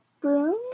Broom